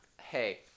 hey